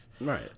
Right